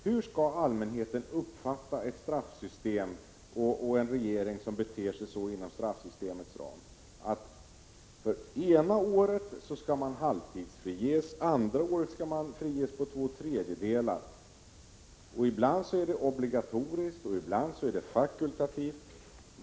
Hur skall allmänheten uppfatta ett sådant straffsystem och en regering som beter sig så inom straffsystemets ram att det för ena året skall ske frigivning efter halva strafftiden, andra året efter två tredjedelars strafftid, och när detta ibland är obligatoriskt och ibland fakultativt?